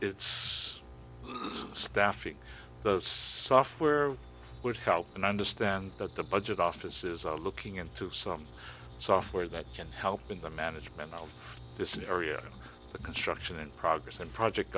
it's staffing the software would help and i understand that the budget office is looking into some software that can help in the management of this area the construction and progress and project